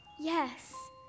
Yes